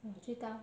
你知道